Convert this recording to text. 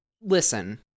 listen